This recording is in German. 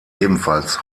ebenfalls